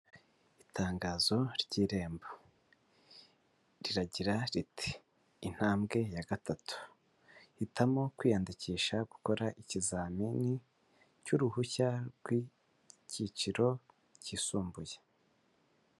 Itangazo ry'irembo, riragira riti intambwe ya gatatu, hitamo kwiyandikisha gukora ikizamini cy'uruhushya rw'icyiciro kisumbuye.